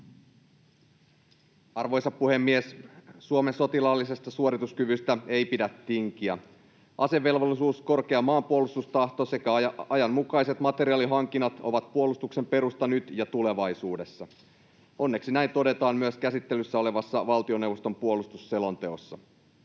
Arvoisa puhemies! Suomen sotilaallisesta suorituskyvystä ei pidä tinkiä. Asevelvollisuus, korkea maanpuolustustahto sekä ajanmukaiset materiaalihankinnat ovat puolustuksen perusta nyt ja tulevaisuudessa. Onneksi näin todetaan myös käsittelyssä olevassa valtioneuvoston puolustusselonteossa.